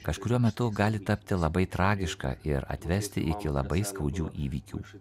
kažkuriuo metu gali tapti labai tragiška ir atvesti iki labai skaudžių įvykių